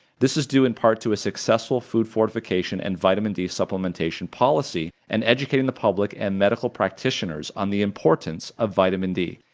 this is due in part to a successful food fortification and vitamin d supplementation policy and educating the public and medical practitioners on the importance of vitamin d.